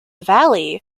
valley